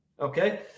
okay